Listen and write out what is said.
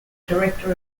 director